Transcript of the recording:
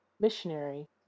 missionary